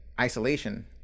isolation